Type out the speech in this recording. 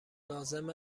لازم